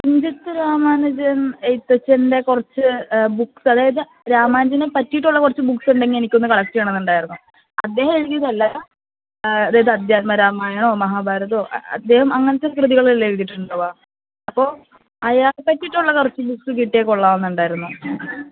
തുഞ്ചത്ത് രാമാനുജൻ എഴുത്തച്ഛൻ്റെ കുറച്ച് ബുക്സ് അതായത് രാമാനുജന് പറ്റിയിട്ടുള്ള കുറച്ച് ബുക്ക്സ് ഉണ്ടെങ്കിൽ എനിക്കൊന്ന് കളക്ട് ചെയ്യണമെന്നുണ്ടായിരുന്നു അദ്ദേഹം എഴുതിയതല്ല അതായത് ആദ്ധ്യാത്മ രാമായണമോ മഹാഭാരതമോ അദ്ദേഹം അങ്ങനത്തെ കൃതികളല്ലേ എഴുതിയിട്ടുണ്ടാവുക അപ്പോൾ അയാളെ പറ്റിയിട്ടുള്ള കുറച്ച് ബുക്ക്സ് കിട്ടിയാൽ കൊള്ളാമെന്നുണ്ടായിരുന്നു